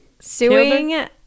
suing